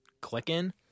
clicking